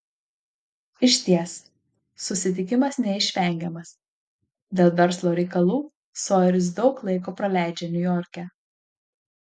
išties susitikimas neišvengiamas dėl verslo reikalų sojeris daug laiko praleidžia niujorke